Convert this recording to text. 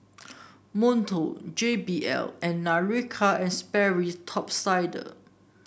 Monto J B L and Nautica And Sperry Top Sider